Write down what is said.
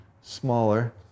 smaller